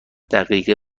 دقیقه